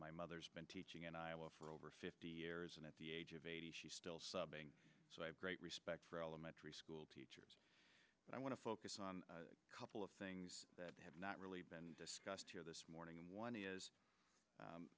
my mother has been teaching in iowa for over fifty years and at the age of eighty she still subbing so i have great respect for elementary school teachers but i want to focus on a couple of things that have not really been discussed here this morning and one is